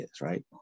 right